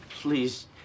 please